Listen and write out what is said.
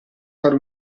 fare